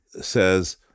says